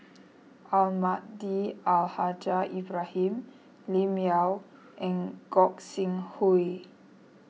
Almahdi Al Haj Ibrahim Lim Yau and Gog Sing Hooi